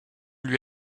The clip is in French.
lui